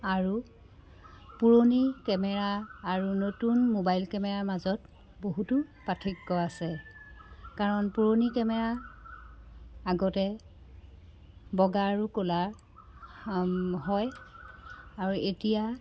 আৰু পুৰণি কেমেৰা আৰু নতুন মোবাইল কেমেৰাৰ মাজত বহুতো পাৰ্থক্য আছে কাৰণ পুৰণি কেমেৰা আগতে বগা আৰু ক'লা হয় আৰু এতিয়া